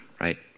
right